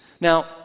Now